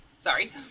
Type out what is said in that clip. Sorry